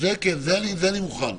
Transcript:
לזה אני מוכן,